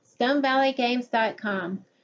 StoneValleyGames.com